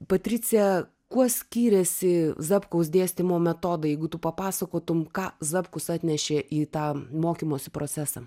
patricija kuo skyrėsi zapkaus dėstymo metodai jeigu tu papasakotum ką zapkus atnešė į tą mokymosi procesą